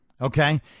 Okay